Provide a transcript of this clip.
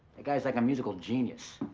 that guy's like a musical genius.